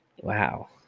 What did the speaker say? Wow